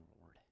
Lord